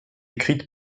écrites